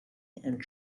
and